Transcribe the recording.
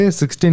16